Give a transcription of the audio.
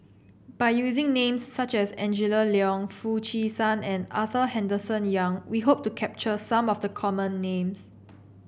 by using names such as Angela Liong Foo Chee San and Arthur Henderson Young we hope to capture some of the common names